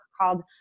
called